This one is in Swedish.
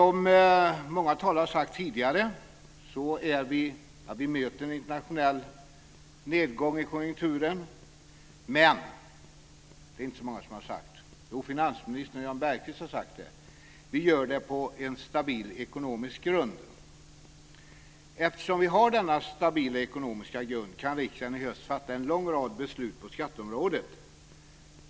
Som många talare sagt tidigare möter vi en internationell nedgång i konjunkturen. Men - och det är inte många som sagt det utom finansministern och Jan Bergqvist - vi gör det på stabil ekonomisk grund. Eftersom vi har denna stabila ekonomiska grund kan riksdagen i höst fatta en lång rad beslut på skatteområdet.